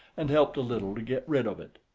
and helped a little to get rid of it.